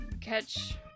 catch